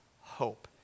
hope